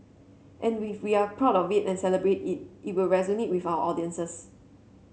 and with we are proud of it and celebrate it it will resonate with our audiences